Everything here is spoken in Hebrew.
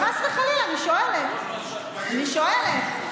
חס וחלילה, אני שואלת.